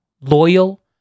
loyal